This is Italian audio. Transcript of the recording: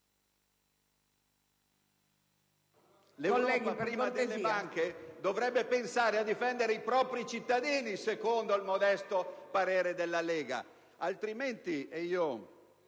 L'Europa, prima delle banche, dovrebbe pensare a difendere i propri cittadini, secondo il modesto parere della Lega Nord. Altrimenti,